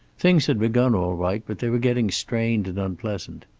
things had begun all right, but they were getting strained and unpleasant.